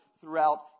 throughout